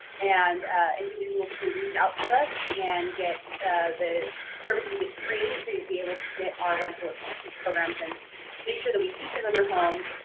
and individuals can reach out to us and get the services, get screened to be able to get our rental assistance programs and make sure that we keep them in their homes,